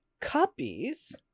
copies